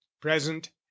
present